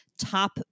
top